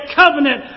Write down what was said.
covenant